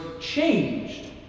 changed